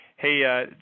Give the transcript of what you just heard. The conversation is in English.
Hey